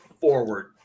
forward